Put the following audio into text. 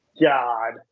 God